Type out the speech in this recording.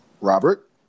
Robert